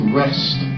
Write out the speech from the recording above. rest